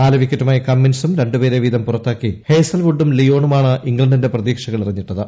നാല് വിക്കറ്റുമായി കമ്മിൻസും രണ്ട് പേരെ വീതം പുറത്താക്കി ഹേസൽവുഡുക്കില്ലിയോണുമാണ് ഇംഗ്ലണ്ടിന്റെ പ്രതീക്ഷകൾ എറിഞ്ഞിട്ടത്